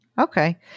Okay